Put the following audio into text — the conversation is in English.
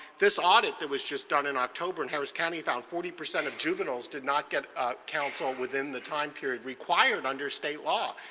this audit that was just done in october and harris county found forty percent of juveniles did not get counsel within the time required under state law.